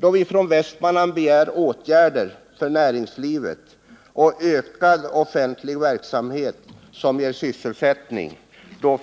Då vi från Västmanland begär åtgärder för näringslivet och ökad offentlig verksamhet, som ger sysselsättning,